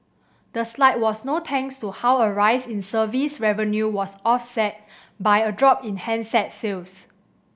the slide was no thanks to how a rise in service revenue was offset by a drop in handset sales